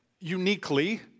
uniquely